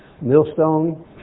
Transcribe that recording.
millstone